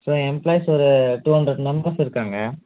sir employees ஒரு two hundred members இருக்காங்க